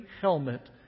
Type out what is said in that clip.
helmet